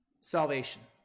Salvation